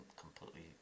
completely